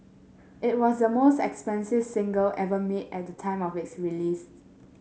it was the most expensive single ever made at the time of its release